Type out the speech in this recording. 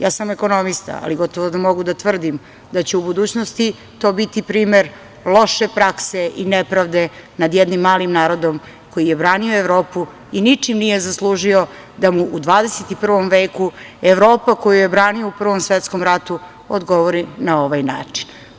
Ja sam ekonomista, ali gotovo da mogu da tvrdim da će u budućnosti to biti primer loše prakse i nepravde nad jednim malim narodom koji je branio Evropu i ničim nije zaslužio da mu u 21. veku Evropa, koju je branio u Prvom svetskom ratu, odgovori na ovaj način.